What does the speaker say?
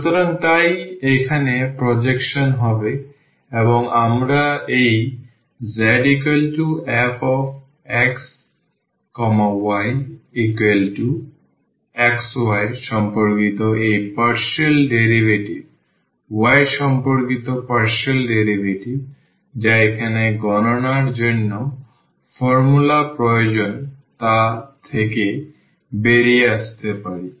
সুতরাং তাই এখানে প্রজেকশন হবে এবং আমরা এই zfxyxy সম্পর্কিত এই পার্শিয়াল ডেরিভেটিভ y সম্পর্কিত পার্শিয়াল ডেরিভেটিভ যা এখানে গণনার জন্য ফর্মুলা প্রয়োজন তা থেকে বেরিয়ে আসতে পারি